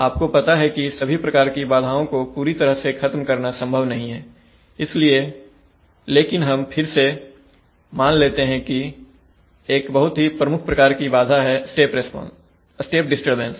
आपको पता है की सभी प्रकार की बाधाओं को पूरी तरह से खत्म करना संभव नहीं है लेकिन हम फिर से मान लेते हैं कि एक बहुत ही प्रमुख प्रकार की बाधा है स्टेप डिस्टरबेंस